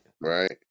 Right